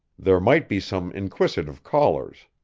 there might be some inquisitive callers.